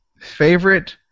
Favorite